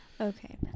Okay